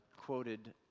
quoted